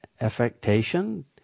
affectation